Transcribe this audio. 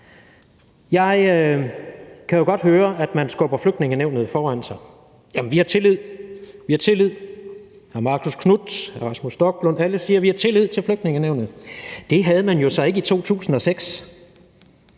Jeg kan jo godt høre, at man skubber Flygtningenævnet foran sig. Vi har tillid, siger man. Hr. Marcus Knuth, Rasmus Stoklund, ja, alle siger: Vi har tillid til Flygtningenævnet. Det havde man jo så ikke i 2016,